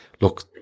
look